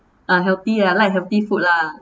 unhealthy lah like healthy food lah